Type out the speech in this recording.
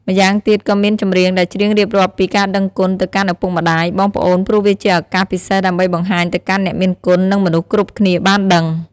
ម្យ៉ាងទៀតក៏មានចម្រៀងដែលច្រៀងរៀបរាប់ពីការដឹងគុណទៅកាន់ឪពុកម្តាយ បងប្អូនព្រោះវាជាឱកាសពិសេសដើម្បីបង្ហាញទៅកាន់អ្នកមានគុណនិងមនុស្សគ្រប់គ្នាបានដឹង។